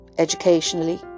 educationally